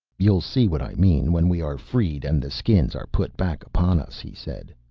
you'll see what i mean when we are freed and the skins are put back upon us, he said.